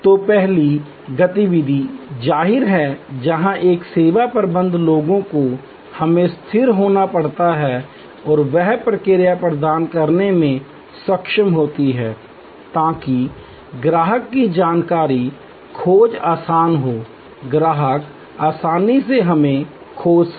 तो पहली गतिविधि जाहिर है जहां एक सेवा प्रबंधन लोगों को हमें स्थिर होना पड़ता है और वह प्रतिक्रिया प्रदान करने में सक्षम होता है ताकि ग्राहक की जानकारी खोज आसान हो ग्राहक आसानी से हमें खोज सके